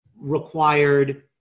required